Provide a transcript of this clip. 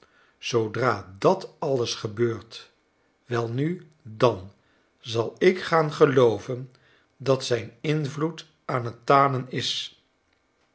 zoodra dat alles gebeurt welnu dan zal ik gaan gelooven dat zijn invloed aan t tanen is